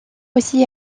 aussi